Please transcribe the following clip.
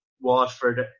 Watford